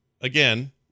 again